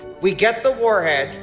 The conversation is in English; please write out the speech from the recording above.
we get the warhead,